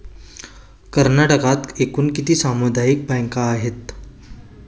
कर्नाटकात एकूण किती सामुदायिक बँका आहेत?